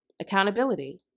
Accountability